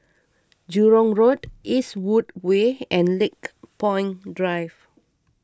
Jurong Road Eastwood Way and Lakepoint Drive